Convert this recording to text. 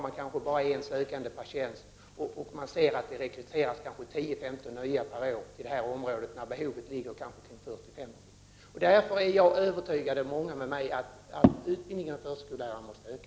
Man kanske bara har en sökande per tjänst, och det rekryteras 10-15 nya per år även om behovet ligger på 40-50. Därför är jag — och många med migövertygad om att utbildningen av förskollärare måste öka.